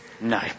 No